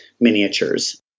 miniatures